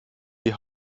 die